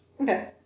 Okay